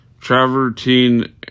travertine